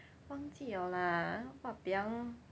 忘记了啦 !wahpiang!